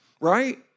right